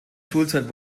schulzeit